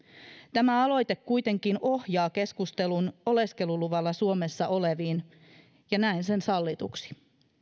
tämä aloite kuitenkin ohjaa keskustelun oleskeluluvalla suomessa oleviin ja näen sen sallituksi